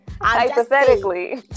hypothetically